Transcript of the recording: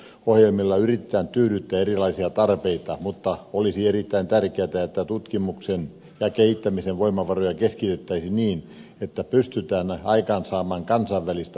ymmärrän että monilla tutkimusohjelmilla yritetään tyydyttää erilaisia tarpeita mutta olisi erittäin tärkeätä että tutkimuksen ja kehittämisen voimavaroja keskitettäisiin niin että pystytään aikaansaamaan kansainvälistä huippua